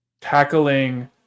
tackling